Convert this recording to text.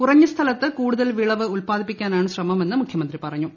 കുറഞ്ഞ സ്ഥലത്ത് ക്കൂടുതൽ വിളവ് ഉത്പാദിപ്പിക്കാനാണ് ശ്രമമെന്ന് മുഖ്യമന്ത്രി പറഞ്ഞു